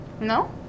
No